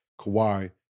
Kawhi